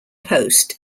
post